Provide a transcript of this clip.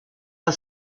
der